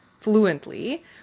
fluently